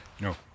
No